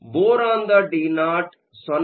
ಆದ್ದರಿಂದ ಬೋರಾನ್ದ ಡಿನಾಟ್ 0